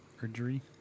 Surgery